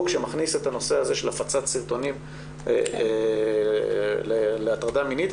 שמכניס את הנושא הזה של הפצת סרטונים להטרדה מינית.